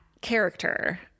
character